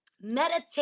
meditate